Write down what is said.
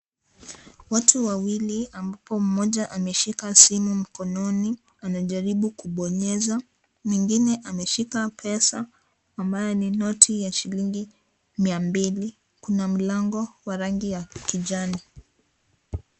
Watu wawili ambapo moja ameshika simu mkononi anajaribu kubonyeza mwingine ameshika pesa ambayo ni noti ya shilingi mia mbili kuna mlango wa rangi ya kijani.